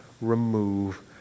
remove